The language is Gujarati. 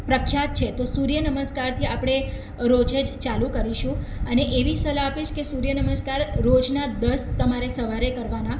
પ્રખ્યાત છે તો સૂર્ય નમસ્કારથી આપણે રોજે જ ચાલુ કરીશું અને એવી સલાહ આપીશ કે સૂર્ય નમસ્કાર રોજના દસ તમારે સવારે કરવાના